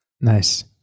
Nice